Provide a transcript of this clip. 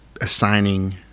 assigning